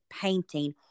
painting